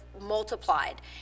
multiplied